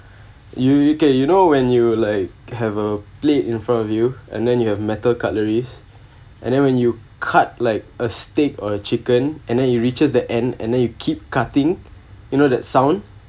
you you okay you know when you like have a plate in front of you and then you have metal cutleries and then when you cut like a steak or a chicken and then you reaches the end and then you keep cutting you know that sound